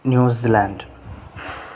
New Zealand